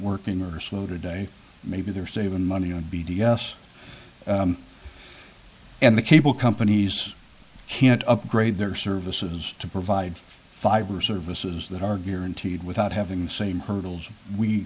working or slow today maybe they're saving money on b d s and the cable companies can't upgrade their services to provide fiber services that are guaranteed without having the same hurdles